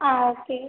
ஆ okay